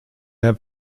der